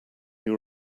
your